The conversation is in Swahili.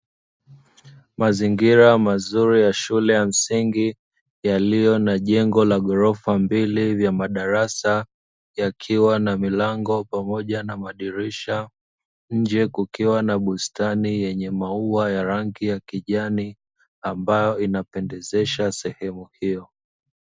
Mazingira mazuri ya shule ya msingi yaliyo na jengo la ghorofa mbili la madarasa, yakiwa na milango pamoja na madirisha nje kukiwa na bustani yenye maua ya rangi ya kijani ambayo inapendezesha sehemu hiyo.